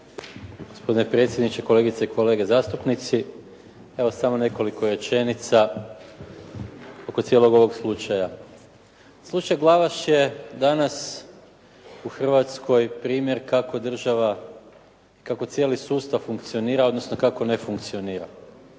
Gospodine predsjedniče, kolegice i kolege zastupnici. Evo samo nekoliko rečenica oko cijelog ovog slučaja. Slučaj Glavaš je danas u Hrvatskoj primjer kako država, kako cijeli sustav funkcionira odnosno kako ne funkcionira